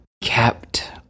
kept